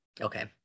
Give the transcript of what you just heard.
Okay